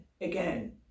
again